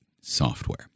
software